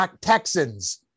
Texans